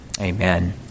amen